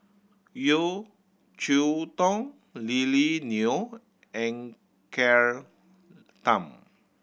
Yeo Cheow Tong Lily Neo and Claire Tham